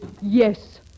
Yes